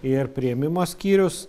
ir priėmimo skyrius